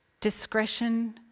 Discretion